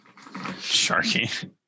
Sharky